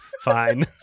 fine